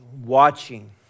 watching